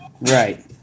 Right